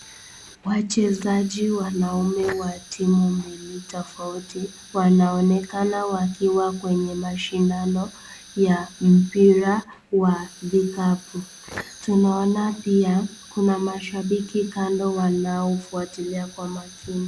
Wachezaji wanaume wa timu mbili tofauti wanaonekana wakiwa kwenye mashindano ya mpira wa vikapu. Tunaona pia kuna mashabiki kando wanaofuatilia kwa makini.